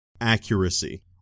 accuracy